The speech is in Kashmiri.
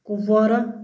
کُپوارا